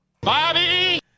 Bobby